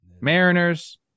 Mariners